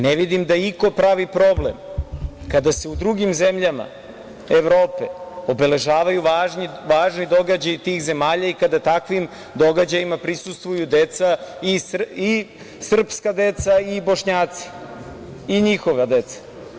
Ne vidim da iko pravi problem kada se u drugim zemljama Evrope obeležavaju važni događaji tih zemalja i kada takvim događajima prisustvuju deca i srpska deca i Bošnjaci i njihova deca.